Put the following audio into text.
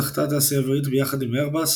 זכתה התעשייה האווירית ביחד עם איירבוס